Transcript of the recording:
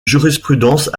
jurisprudence